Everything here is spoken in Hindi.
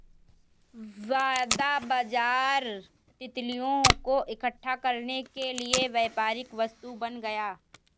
वायदा बाजार तितलियों को इकट्ठा करने के लिए व्यापारिक वस्तु बन गया